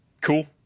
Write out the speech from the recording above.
Cool